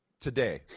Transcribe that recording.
today